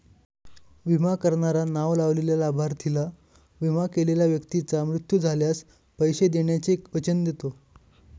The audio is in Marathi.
विमा करणारा नाव लावलेल्या लाभार्थीला, विमा केलेल्या व्यक्तीचा मृत्यू झाल्यास, पैसे देण्याचे वचन देतो